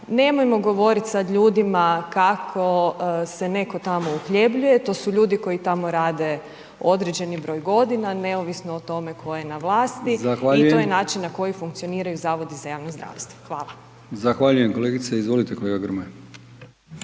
nemojmo govorit sad ljudima kako se netko tamo uhljebljuje to su ljudi koji tamo rade određeni broj godina neovisno o tome tko je na vlasti …/Upadica: Zahvaljujem./… i to je način na koji funkcioniraju zavodi za javno zdravstvo. Hvala. **Brkić, Milijan (HDZ)** Zahvaljujem kolegice. Izvolite kolega Grmoja.